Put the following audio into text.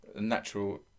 natural